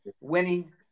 winning